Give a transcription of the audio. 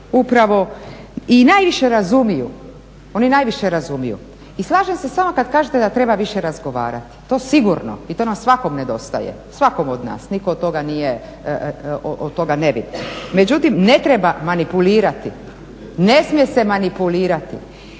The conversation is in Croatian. oni najviše razumiju. I slažem se s vama kad kažete da treba više razgovarati. To sigurno i to nam svakom nedostaje, svakom od nas, nitko od toga nije, od toga nebitno. Međutim, ne treba manipulirati, ne smije se manipulirati.